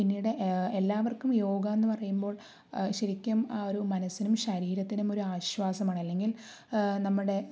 പിന്നീട് എല്ലാവർക്കും യോഗ എന്ന് പറയുമ്പോൾ ശരിക്കും ഒരു മനസിനും ശരീരത്തിനും ഒരു ആശ്വാസമാണ് അല്ലെങ്കിൽ നമ്മുടെ